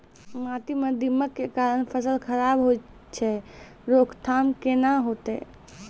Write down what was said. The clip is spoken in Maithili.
माटी म दीमक के कारण फसल खराब होय छै, रोकथाम केना होतै?